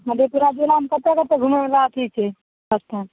मधेपुरा जिलामे कतए कतए घुमैवला अथी छै अस्थान